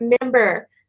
remember